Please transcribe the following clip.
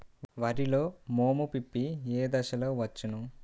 వరిలో మోము పిప్పి ఏ దశలో వచ్చును?